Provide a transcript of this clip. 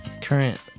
current